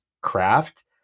craft